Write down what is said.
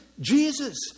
Jesus